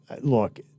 look